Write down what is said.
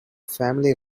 family